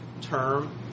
term